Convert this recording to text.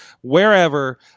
wherever